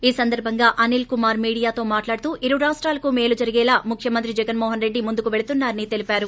ఈ సందర్బంగా అనిల్ కుమార్ మీడియాతో మాట్లాడుతూ ఇరు రాష్టాలకు మేలు జరిగేలా ముఖ్యమంత్రి జగన్మో హన రెడ్ది ముందుకు పెళ్తున్నా రని తెలిపారు